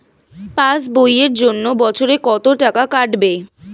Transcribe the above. Pass বইয়ের জন্য বছরে কত টাকা কাটবে?